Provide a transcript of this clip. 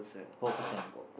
four percent